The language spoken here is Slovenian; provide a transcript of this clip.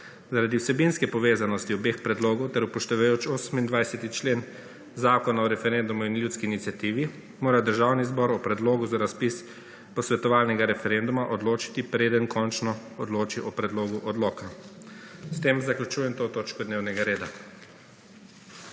Zaradi vsebinske povezanosti obeh predlogov ter upoštevajoč 28. člen Zakona o referendumu in ljudski iniciativi mora Državni zbor o predlogu za razpis posvetovalnega referenduma odločiti preden končno odloči o predlogu odloka. S tem zaključujem to točko dnevnega reda.